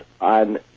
on